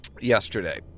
yesterday